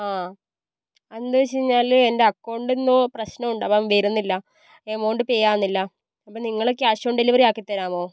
ആ എന്താവച്ച് കഴിഞ്ഞാല് എൻ്റെ അക്കൗണ്ട് എന്തോ പ്രശ്നം ഉണ്ട് അപ്പം വരുന്നില്ല എമൗണ്ട് പേ ആകുന്നില്ല അപ്പം നിങ്ങള് ക്യാഷ് ഓൺ ഡെലിവറി ആക്കി തരാമോ